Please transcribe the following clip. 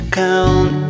count